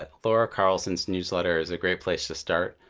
ah laura carlson's newsletter is a great place to start.